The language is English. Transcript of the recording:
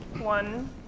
one